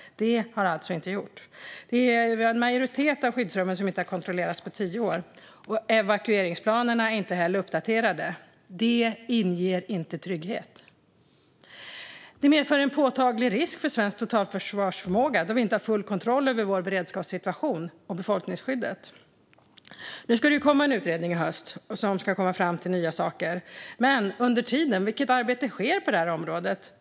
Det har alltså inte skett. En majoritet av skyddsrummen har inte kontrollerats på tio år. Evakueringsplanerna är inte heller uppdaterade. Detta inger inte trygghet. Det medför en påtaglig risk för svensk totalförsvarsförmåga, då vi inte har full kontroll över vår beredskapssituation och befolkningsskyddet. Det ska komma en utredning i höst som ska komma fram till nya saker. Men vilket arbete sker på området under tiden?